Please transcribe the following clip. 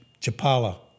Chapala